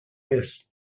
bees